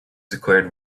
declared